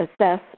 assess